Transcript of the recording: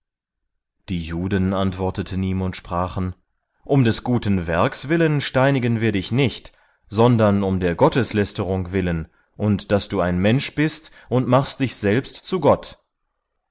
die juden antworteten ihm und sprachen um des guten werks willen steinigen wir dich nicht sondern um der gotteslästerung willen und daß du ein mensch bist und machst dich selbst zu gott